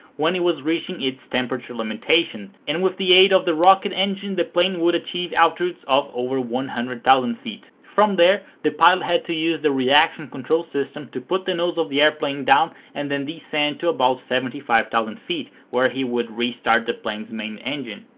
when it was reaching its temperature limitations, and with the aid of the rocket engine the plane would achieve altitudes over one hundred thousand. from there the pilot had to use the reaction control system to put the nose of the airplane down and then descent to about seventy five thousand feet, where he would restart the plane's main engine.